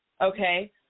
okay